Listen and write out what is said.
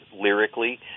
lyrically